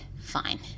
fine